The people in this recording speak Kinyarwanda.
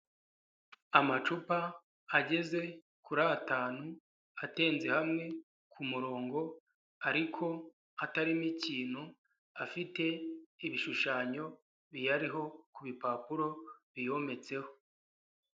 Amacupa ageze kuri atanu, atenze hamwe ku murongo ariko hatarimo ikintu, afite ibishushanyo biyariho ku bipapuro biyometseho.